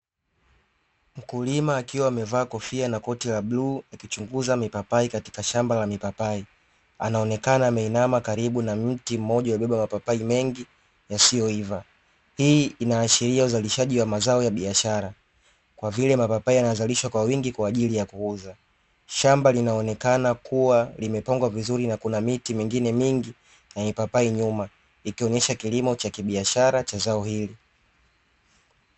Mkulima akiwa amevaa kofia na koti la bluu ukichunguza mipapai katika shamba la mipapai anaonekana ameinama karibu na mti mmoja umebeba mapapai mengi yasiyoiva; hii inaashiria uzalishaji wa mazao ya biashara kwa vile mapapai anazalishwa kwa wingi kwa ajili ya kuuza. Shamba linaonekana kuwa limepangwa vizuri na kuna miti mingine mingi na mipapai nyuma ikionyesha kilimo cha kibiashara cha zao hili.